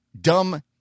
dumb